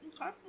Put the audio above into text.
Okay